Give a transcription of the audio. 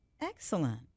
Excellent